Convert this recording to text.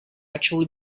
actually